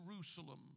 Jerusalem